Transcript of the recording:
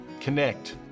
connect